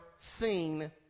seen